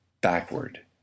backward